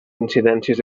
incidències